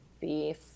beef